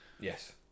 Yes